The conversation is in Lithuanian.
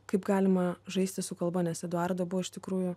kaip galima žaisti su kalba nes eduardo buvo iš tikrųjų